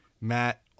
Matt